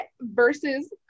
versus